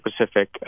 Pacific